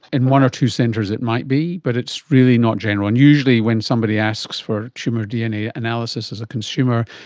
in one or two centres it might be but it's really not general. and usually when somebody asks for tumour dna analysis as a consumer,